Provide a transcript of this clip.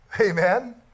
Amen